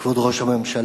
תודה, כבוד ראש הממשלה,